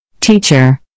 Teacher